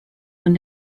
von